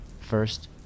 First